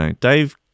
Dave